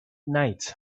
night